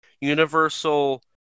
Universal